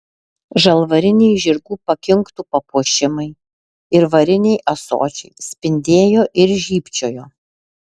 žalvariniai žirgų pakinktų papuošimai ir variniai ąsočiai spindėjo ir žybčiojo